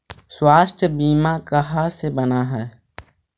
स्वास्थ्य बीमा कहा से बना है?